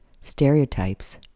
stereotypes